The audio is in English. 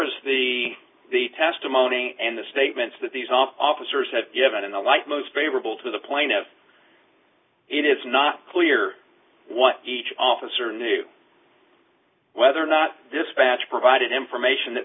as the the testimony and the statements that these off officers had given in the light most favorable to the point of it is not clear what each officer knew whether or not dispatch provided information that